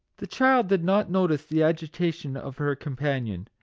the child did not notice the agitation of her companion,